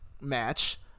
match